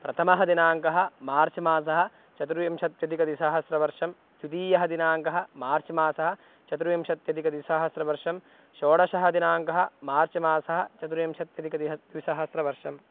प्रथमः दिनाङ्कः मार्च् मासः चतुर्विंशत्यधिकद्विसहस्रवर्षं द्वितीयः दिनाङ्कः मार्च् मासः चतुर्विंशत्यधिकद्विसहस्रवर्षं षोडशः दिनाङ्कः मार्च् मासः चतुर्विंशत्यधिकद्विसहस्रवर्षम्